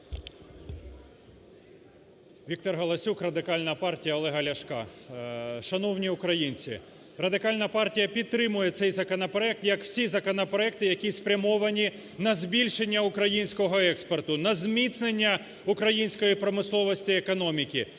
Віктор Галасюк, Радикальна партія Олега Ляшка. Шановні українці, Радикальна партія підтримує цей законопроект як всі законопроекти, які спрямовані на збільшення українського експорту, на зміцнення української промисловості і економіки,